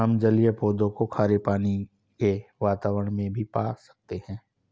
हम जलीय पौधों को खारे पानी के वातावरण में भी पा सकते हैं